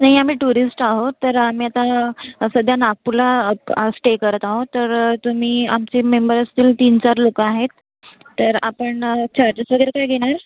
नाही आम्ही टुरिस्ट आहो तर आम्ही आता सध्या नागपूरला स्टे करत आहोत तर तुम्ही आमचे मेंबर असतील तीनचार लोक आहे तर आपण चार्जेस वगैरे काय घेणार